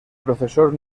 profesor